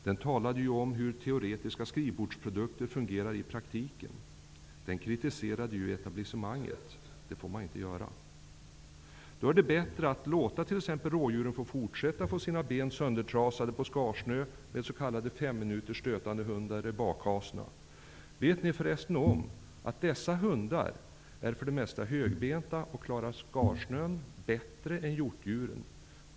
Där talade man ju om hur teoretiska skrivbordsprodukter fungerar i praktiken och kritiserade etablissemanget. Det får man inte göra. Då är det bättre att låta t.ex. rådjuren få fortsätta att få sina ben söndertrasade på skarsnö med stötande hundar fem minuter i bakhasorna. Vet ni för resten att dessa hundar för det mesta är högbenta och klarar skarsnön bättre än hjortdjuren?